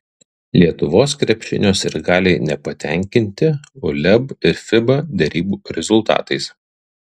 lietuvos krepšinio sirgaliai nepatenkinti uleb ir fiba derybų rezultatais